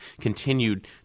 continued